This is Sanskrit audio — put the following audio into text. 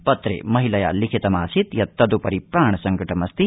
पत्रे महिलाया लिखितम् आसीत् यत् तद्परि प्राणसंकटमस्ति